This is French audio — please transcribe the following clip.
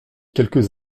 quelques